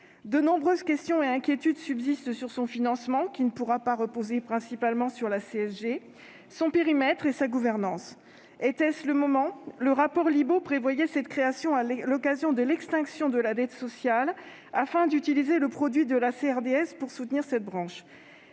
De nombreuses questions et inquiétudes subsistent sur son financement, qui ne pourra pas reposer principalement sur la contribution sociale généralisée (CSG), son périmètre et sa gouvernance. Était-ce le moment ? Le rapport Libault prévoyait cette création à l'occasion de l'extinction de la dette sociale, afin que puisse être utilisé le produit de la CRDS pour soutenir cette branche.